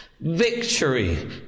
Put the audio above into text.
victory